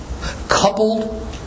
coupled